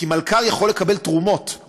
כי מלכ"ר יכול לקבל תרומות,